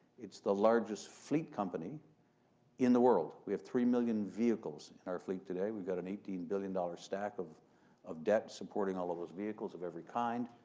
it's the largest fleet company in the world. we have three million vehicles in our fleet today. we've got an eighteen billion dollar stack of of debt supporting all of those vehicles of every kind.